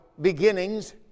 beginnings